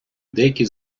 деякі